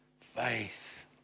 faith